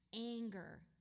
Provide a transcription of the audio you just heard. anger